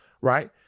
right